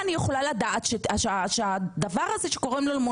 מתחילה לראות את הדבר הזה קורה?